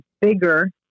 bigger